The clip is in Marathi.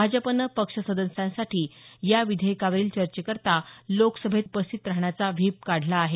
भाजपनं पक्ष सदस्यांसाठी या विधेयकावरील चर्चेकरता लोकसभेत उपस्थित राहण्याचा व्हीप काढला आले